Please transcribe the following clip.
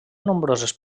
nombroses